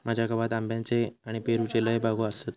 माझ्या गावात आंब्याच्ये आणि पेरूच्ये लय बागो आसत